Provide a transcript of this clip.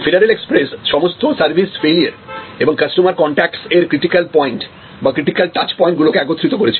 federal Express সমস্ত service failure এবং customer contacts এর ক্রিটিকাল পয়েন্ট বা ক্রিটিক্যাল টাচ পয়েন্ট গুলোকে একত্রিত করেছিল